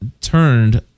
turned